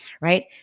right